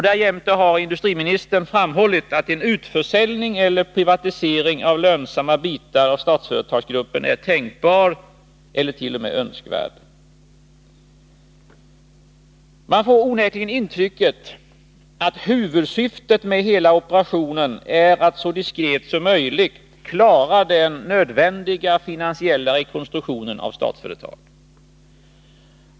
Därjämte har industriministern framhållit att en utförsäljning eller privatisering av lönsamma bitar av Statsföretagsgruppen är tänkbar eller t.o.m. önskvärd. Man får onekligen intrycket att huvudsyftet med hela operationen är att så diskret som möjligt klara den nödvändiga finansiella rekonstruktionen av Statsföretag.